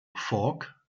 folk